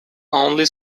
only